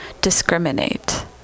discriminate